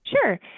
Sure